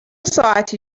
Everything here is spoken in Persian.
ساعتی